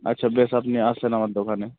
আচ্ছা বেশ আপনি আসেন আমার দোকানে